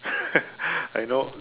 I know